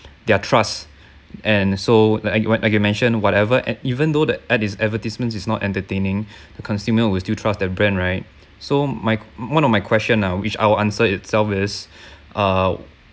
their trust and so like I wh~ like I mention whatever and even though the ad is advertisements is not entertaining consumer will still trust the brand right so my one of my question ah which I will answer itself is uh